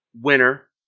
winner